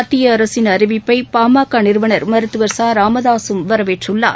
மத்திய அரசின் அறிவிப்பை பாமக நிறுவனர் மருத்துவர் ச ராமதாசும் வரவேற்றுள்ளார்